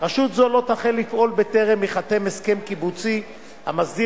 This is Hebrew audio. רשות זו לא תחל לפעול בטרם ייחתם הסכם קיבוצי המסדיר